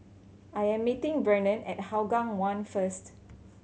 I am meeting Brannon at Hougang One first